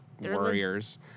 warriors